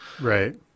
Right